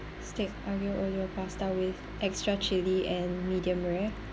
steak aglio olio pasta with extra chilli and medium rare